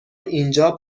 اینجا